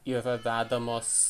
yra vedamos